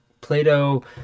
Plato